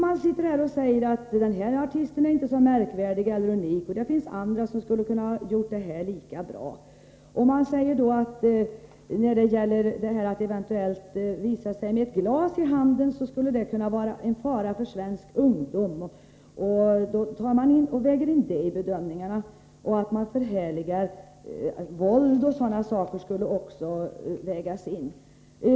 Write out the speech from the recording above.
Man säger: Den här artisten är inte så märkvärdig eller unik — det finns andra som kunde ha gjort detta lika bra. Och detta att eventuellt visa sig med ett glas i handen säger man kunde vara en fara för svensk ungdom, och så väger man in det i bedömningarna. Detta att förhärliga våld o. d. skulle också kunna vägas in.